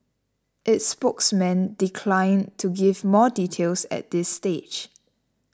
its spokesman declined to give more details at this stage